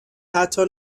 حتی